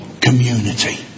community